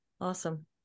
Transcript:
Awesome